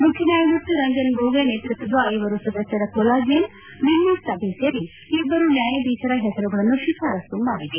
ಮುಖ್ಯ ನ್ಹಾಯಮೂರ್ತಿ ರಂಜನ್ ಗೊಗೋಯ್ ನೇತೃತ್ವದ ಐವರು ಸದಸ್ಟರ ಕೊಲಿಜಿಯಂ ನಿನ್ನೆ ಸಭೆ ಸೇರಿ ಇಬ್ಬರೂ ನ್ಯಾಯಾಧೀಶರ ಹೆಸರುಗಳನ್ನು ಶಿಫಾರಸ್ತು ಮಾಡಿದೆ